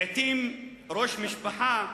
לעתים ראש משפחה חדשה.